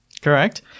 Correct